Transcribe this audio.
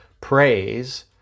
praise